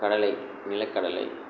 கடலை நிலக்கடலை